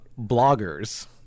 bloggers